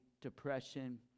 depression